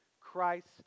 Christ